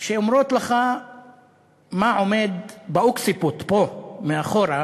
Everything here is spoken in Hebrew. שאומרות לך מה עומד באוקסיפוט, פה מאחורה,